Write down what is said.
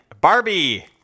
Barbie